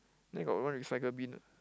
then got one recycle bin ah